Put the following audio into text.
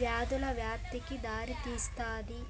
వ్యాధుల వ్యాప్తికి దారితీస్తాది